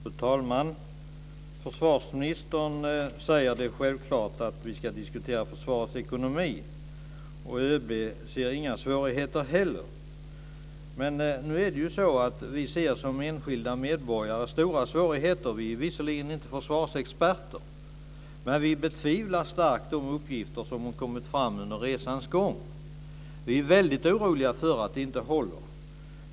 Fru talman! Försvarsministern säger att det är självklart att vi ska diskutera försvarets ekonomi. ÖB ser inte heller några svårigheter. Men nu är det ju så att vi som enskilda medborgare ser stora svårigheter. Vi är visserligen inte försvarsexperter, men vi betvivlar starkt de uppgifter som har kommit fram under resans gång. Vi är väldigt oroliga för att de inte håller.